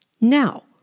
Now